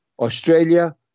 Australia